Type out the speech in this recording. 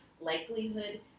likelihood